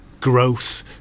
growth